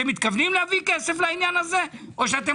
אתם מתכוונים להביא כסף לעניין הזה או שאתם